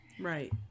Right